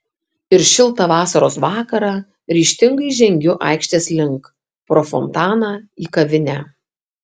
ir šiltą vasaros vakarą ryžtingai žengiu aikštės link pro fontaną į kavinę